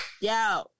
yo